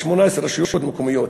ב-18 רשויות מקומיות.